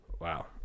Wow